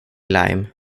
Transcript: lime